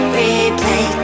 replay